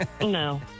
No